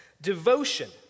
devotion